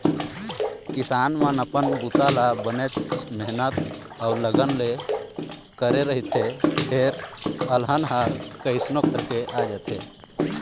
किसान मन अपन बूता ल बनेच मेहनत अउ लगन ले करे रहिथे फेर अलहन ह कइसनो करके आ जाथे